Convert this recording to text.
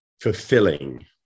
fulfilling